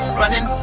running